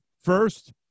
first